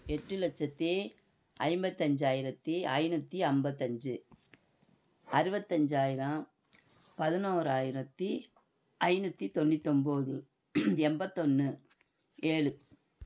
எட்டுலட்சத்தி ஐம்பத்தஞ்சாயிரத்தி ஐந்நூற்றி ஐம்பத்தஞ்சி அறுபத்தஞ்சாயிரம் பதினோராயிரத்தி ஐந்நூற்றி தொண்ணூற்றி ஒம்பது எண்பத்தொண்ணு ஏழு